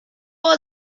was